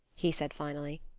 he said finally.